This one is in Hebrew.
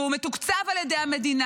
והוא מתוקצב על ידי המדינה.